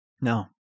No